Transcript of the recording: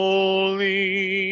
Holy